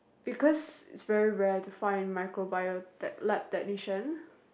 because it's very rare to find microbio lab technician